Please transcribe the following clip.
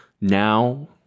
now